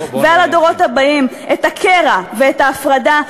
ועל הדורות הבאים את הקרע ואת ההפרדה,